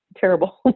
terrible